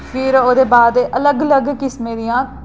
फ्ही ओह्दे बाद अलग अलग किसमें दियां